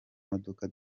modoka